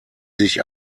sich